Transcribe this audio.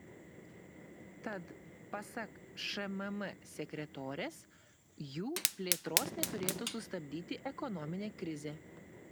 tad pasak šmm sekretorės jų plėtros neturėtų sustabdyti ekonominė krizė